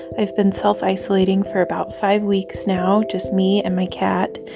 i've been self-isolating for about five weeks now, just me and my cat.